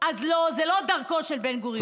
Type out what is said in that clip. אז לא, זו לא דרכו של בן-גוריון.